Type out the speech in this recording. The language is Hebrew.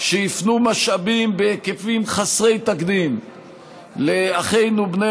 שהפנו משאבים בהיקפים חסרי תקדים לאחינו בני